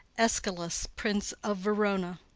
escalus, prince of verona.